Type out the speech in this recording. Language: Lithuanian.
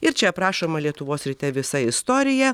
ir čia aprašoma lietuvos ryte visa istorija